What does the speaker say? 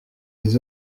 les